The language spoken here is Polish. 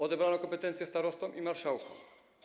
Odebrano kompetencje starostom i marszałkom.